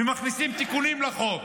ומכניסים תיקונים לחוק,